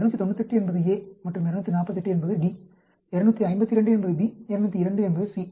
ஆகவே 298 என்பது a மற்றும் 248 என்பது d 252 என்பது b 202 என்பது c